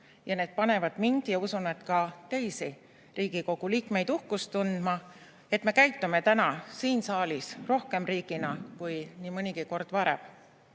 mis panevad mind – ja usun, et ka teisi Riigikogu liikmeid – uhkust tundma, et me käitume täna siin saalis rohkem riigina kui nii mõnigi kord varem.